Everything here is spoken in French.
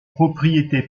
propriété